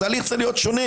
אז ההליך צריך להיות שונה.